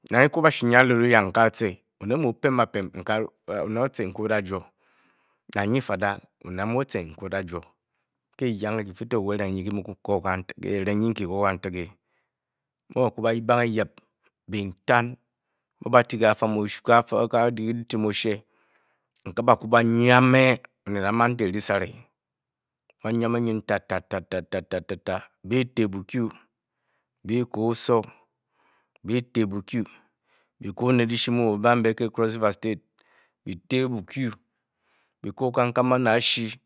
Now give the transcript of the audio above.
nang gi fada oned mu o-tce mu-oda-juo, ke-yanghe kifeto kerenghe ba-yip benteng ba-te kafa-mtim oshir nke-baku-na yameh omed a a man tori-sare, oyameh nyin bi key bukie bi-kor osowor bi-tey bukie bi-kor oned dyahi. Cross river, bukie bikor kang-kang baned dyshi